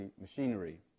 machinery